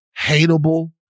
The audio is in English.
hateable